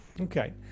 Okay